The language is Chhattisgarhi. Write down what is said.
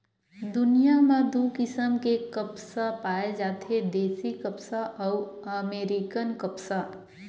दुनिया म दू किसम के कपसा पाए जाथे देसी कपसा अउ अमेरिकन कपसा